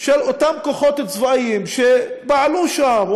של אותם כוחות צבאיים שפעלו שם,